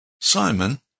Simon